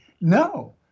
no